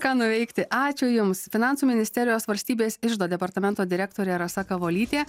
ką nuveikti ačiū jums finansų ministerijos valstybės iždo departamento direktorė rasa kavolytė